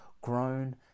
grown